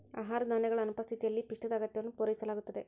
ಆಹಾರ ಧಾನ್ಯಗಳ ಅನುಪಸ್ಥಿತಿಯಲ್ಲಿ ಪಿಷ್ಟದ ಅಗತ್ಯವನ್ನು ಪೂರೈಸುತ್ತದೆ